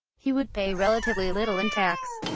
he would pay relatively little in tax.